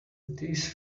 these